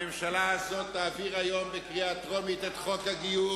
הממשלה הזאת תעביר היום בקריאה טרומית את חוק הגיור,